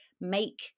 make